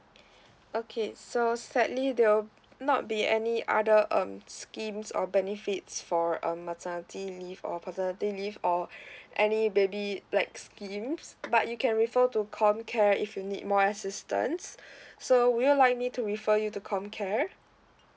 okay so sadly there will not be any other um schemes or benefits for um maternity leave or paternity leave or any baby black schemes but you can refer to comcare if you need more assistance so would you like me to refer you to comcare